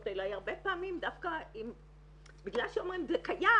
אלא היא הרבה פעמים דווקא בגלל שאומרים זה קיים,